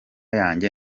yanjye